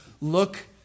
Look